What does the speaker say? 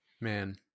Man